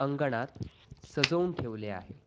अंगणात सजवून ठेवले आहे